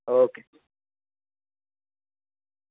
okay